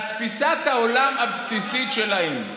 על תפיסת העולם הבסיסית שלהם.